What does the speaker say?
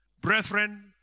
Brethren